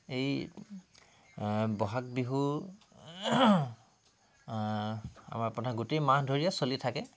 এই বহাগ বিহু আমাৰ প্ৰধান গোটেই মাহ ধৰিয়ে চলি থাকে